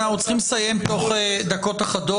אנחנו צריכים לסיים בתוך דקות אחדות.